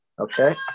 Okay